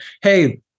hey